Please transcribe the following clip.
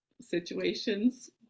situations